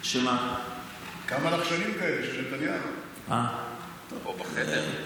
אני מכיר כמה לחשנים כאלה שנמצאים פה בכנסת,